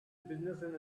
businessman